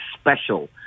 special